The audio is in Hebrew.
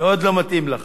מאוד לא מתאים לך.